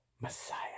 Messiah